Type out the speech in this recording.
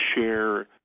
share